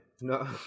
No